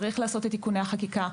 צריך לעשות את תיקוני החקיקה,